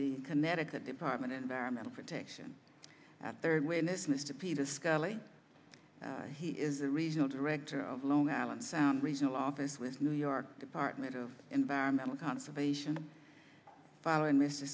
the connecticut department environmental protection third witness mr peter scully he is a regional director of long island sound reasonable office with new york department of environmental conservation following mr